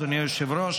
אדוני היושב-ראש,